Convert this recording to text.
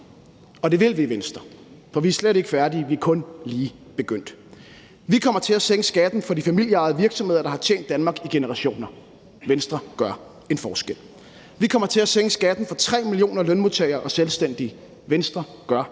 Og det vil vi i Venstre, for vi er slet ikke færdige; vi er kun lige begyndt. Vi kommer til at sænke skatten for de familieejede virksomheder, der har tjent Danmark i generationer. Venstre gør en forskel. Vi kommer til at sænke skatten for 3 millioner lønmodtagere og selvstændige. Venstre gør en forskel.